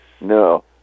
No